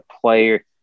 player